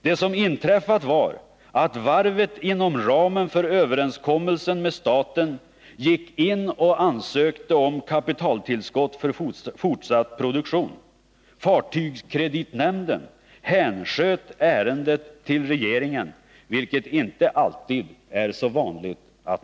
Det som inträffat var att varvet inom ramen för överenskommelsen med staten gick in och ansökte om kapitaltillskott för fortsatt produktion. Fartygskreditnämnden hänsköt ärendet till regeringen, vilket inte alltid är så vanligt.